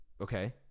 Okay